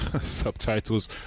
subtitles